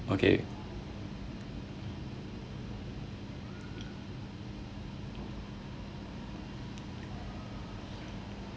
okay